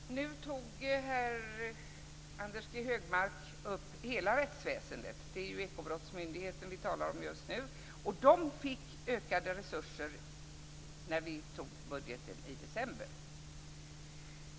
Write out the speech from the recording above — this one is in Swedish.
Herr talman! Anders G Högmark tog upp hela rättsväsendet. Det är Ekobrottsmyndigheten som vi talar om just nu. Den fick ökade resurser när vi tog budgeten i december.